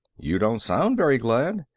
you don't sound very glad.